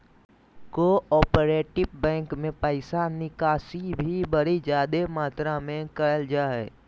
cooperative bank मे पैसा निकासी भी बड़ी जादे मात्रा मे करल जा हय